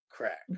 crack